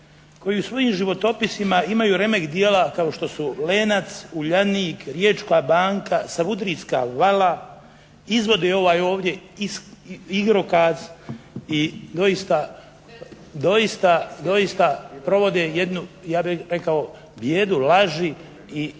koji u svojim životopisima imaju remek djela kao što su "Lenac", "Uljanik", Riječka banka, "Savudrijska vala", izvodi ovaj ovdje igrokaz i doista provode jednu ja bih rekao bijedu laži i